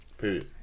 Period